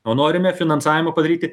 o norime finansavimą padaryti